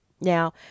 Now